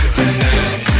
tonight